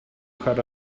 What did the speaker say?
had